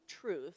truth